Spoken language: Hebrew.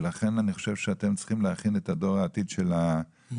ולכן אני חושב שאתם צריכים להכין את דור העתיד של --- נכון,